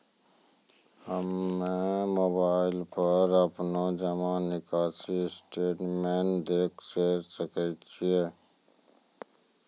हम्मय मोबाइल पर अपनो जमा निकासी स्टेटमेंट देखय सकय छियै?